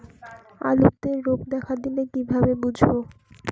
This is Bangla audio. আলুতে রোগ দেখা দিলে কিভাবে বুঝবো?